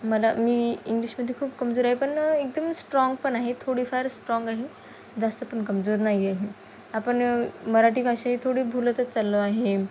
मला मी इंग्लिशमध्ये खूप कमजोर आहे पण एकदम स्ट्राँग पण आहे थोडीफार स्ट्राँग आहे जास्त पण कमजोर नाही आहे आपण मराठी भाषा ही थोडी भुलतच चाललो आहे